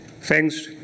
thanks